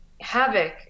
havoc